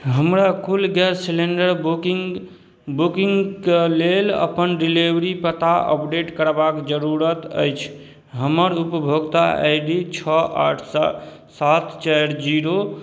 हमरा कुल gas cylinder booking बुकिन्गके लेल अपन डिलिवरी पता अपडेट करबाक जरूरत अछि हमर उपभोक्ता आइ डी छओ आठ सात सात चारि जीरो